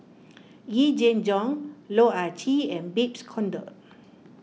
Yee Jenn Jong Loh Ah Chee and Babes Conde